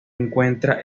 encuentra